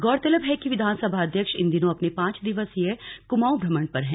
गौरतलब है कि विधानसभा अध्यक्ष इन दिनों अपने पांच दिवसीय क्मांऊ भ्रमण पर हैं